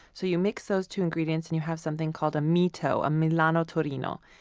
so you mix those two ingredients and you have something called a mito, a milano torino.